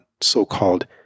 so-called